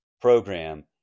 program